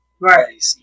Right